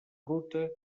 ruta